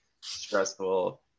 stressful